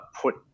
put